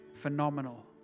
phenomenal